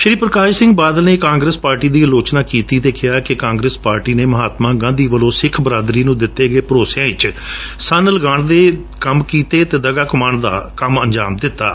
ਸ਼੍ਰੀ ਪ੍ਰਕਾਸ਼ ਸਿੰਘ ਬਾਦਲ ਨੇ Congress party ਦੀ ਅਲੋਚਨਾ ਕੀਤੀ ਅਤੇ ਕਿਹਾ ਕਿ ਕਾਂਗਰਸ ਪਾਰਟੀ ਨੇ ਮਹਾਤਮਾ ਗਾਂਧੀ ਵਲੋਂ ਸਿੱਖ ਬਰਾਦਰੀ ਨੂੰ ਦਿੱਤੇ ਗਏ ਭਰੋਸਿਆਂ ਵਿਚ ਢਾਅ ਲਗਾ ਕੇ ਦਗਾ ਕਮਾਉਣ ਦਾ ਕੰਮ ਕੀਤੈ